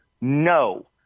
no